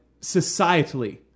societally